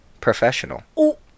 Professional